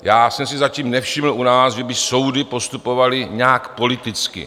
Já jsem si zatím nevšiml u nás, že by soudy postupovaly nějak politicky.